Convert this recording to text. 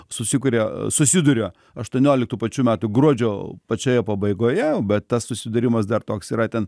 susikuria susiduria aštuonioliktų pačių metų gruodžio pačioje pabaigoje bet tas susidūrimas dar toks yra ten